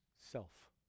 Self